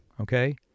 Okay